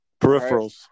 Peripherals